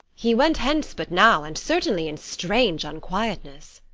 he went hence but now, and certainly in strange unquietness.